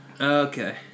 Okay